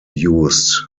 used